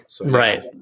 Right